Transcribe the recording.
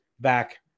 back